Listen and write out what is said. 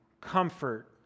comfort